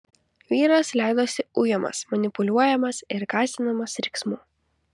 vyras leidosi ujamas manipuliuojamas ir gąsdinamas riksmu